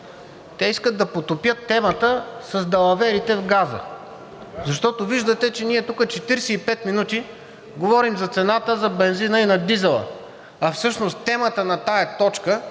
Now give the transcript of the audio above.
те искат да потопят темата с далаверите в газа, защото виждате, че ние тук 45 минути говорим за цената на бензина и на дизела, а всъщност темата на тази точка